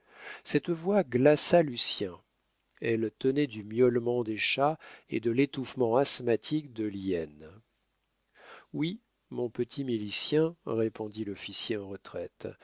cette voix glaça lucien elle tenait du miaulement des chats et de l'étouffement asthmatique de l'hyène oui mon petit milicien répondit l'officier en retraite